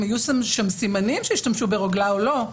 האם היו שם סימנים שהשתמשו ברוגלה או לא?